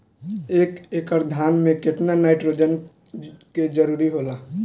एक एकड़ धान मे केतना नाइट्रोजन के जरूरी होला?